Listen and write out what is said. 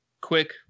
quick